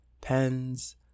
pens